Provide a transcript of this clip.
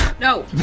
No